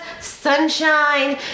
sunshine